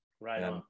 Right